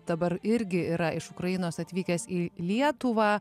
dabar irgi yra iš ukrainos atvykęs į lietuvą